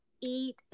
eat